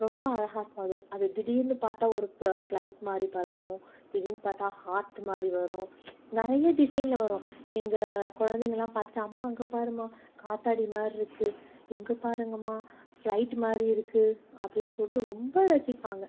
ரொம்ப அழகா இருக்கும் அது அது திடீர்னு பார்த்தா ஒரு பே ஃபிளேட் மாதிரி பறக்கும் திடீர்னு பார்த்தா ஹார்ட் மாதிரி வரும் நிறைய டிசைன்ல வரும் எங்கள் கொலந்தைங்களாம் பார்த்துட்டு அம்மா அங்கே பாரும்மா காத்தாடி மாதிரி இருக்குது எங்கே பாருங்கள் அம்மா ஃபிளேட் மாதிரி இருக்குது அப்படின் சொல்லிட்டு ரொம்ப ரசிப்பாங்கள்